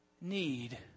need